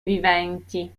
viventi